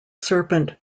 serpent